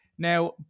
Now